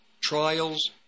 trials